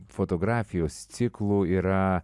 fotografijos ciklų yra